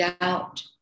doubt